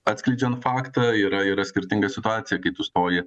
atskleidžiant faktą yra yra skirtinga situacija kai tu stoji